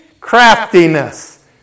craftiness